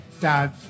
dad